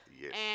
Yes